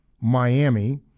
Miami